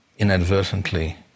inadvertently